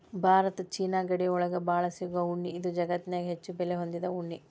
Bharat China ಗಡಿ ಒಳಗ ಬಾಳ ಸಿಗು ಉಣ್ಣಿ ಇದು ಜಗತ್ತನ್ಯಾಗ ಹೆಚ್ಚು ಬೆಲೆ ಹೊಂದಿದ ಉಣ್ಣಿ